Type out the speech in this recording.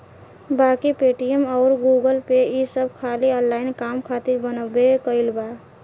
बाकी पेटीएम अउर गूगलपे ई सब खाली ऑनलाइन काम खातिर बनबे कईल बा